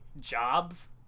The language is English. jobs